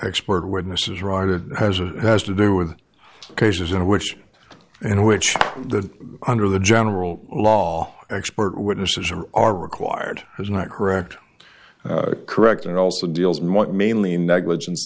expert witnesses right it has or has to do with cases in which in which the under the general law expert witnesses are are required is not correct correct and also deals might mainly negligen